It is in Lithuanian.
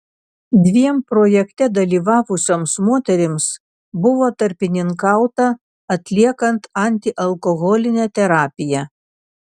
dviem projekte dalyvavusioms moterims buvo tarpininkauta atliekant antialkoholinę terapiją